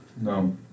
No